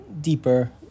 deeper